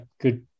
good